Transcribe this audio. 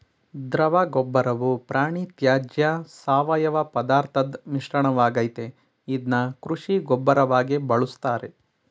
ದ್ರವಗೊಬ್ಬರವು ಪ್ರಾಣಿತ್ಯಾಜ್ಯ ಸಾವಯವಪದಾರ್ಥದ್ ಮಿಶ್ರಣವಾಗಯ್ತೆ ಇದ್ನ ಕೃಷಿ ಗೊಬ್ಬರವಾಗಿ ಬಳುಸ್ತಾರೆ